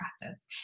practice